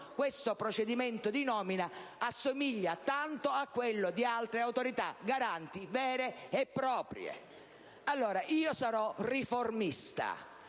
il procedimento di nomina assomiglia tanto a quello di altre autorità garanti vere e proprie. Io sarò riformista